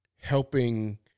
helping